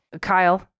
Kyle